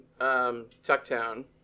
Tucktown